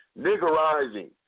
niggerizing